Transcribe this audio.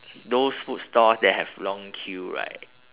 those food stores that have long queue right